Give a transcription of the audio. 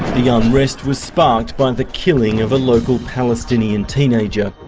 the ah unrest was sparked by the killing of a local palestinian teenager.